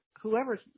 Whoever